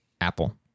apple